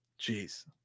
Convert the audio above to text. Jeez